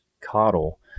coddle